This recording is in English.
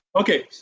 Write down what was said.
Okay